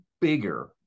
bigger